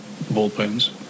bullpens